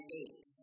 eight